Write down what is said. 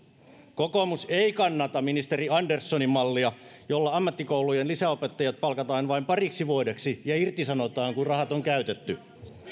kokoomus ei kannata ministeri anderssonin mallia jolla ammattikoulujen lisäopettajat palkataan vain pariksi vuodeksi ja irtisanotaan kun rahat on käytetty